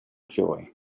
joy